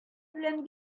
белән